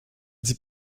dit